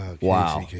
wow